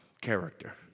character